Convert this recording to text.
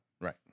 Right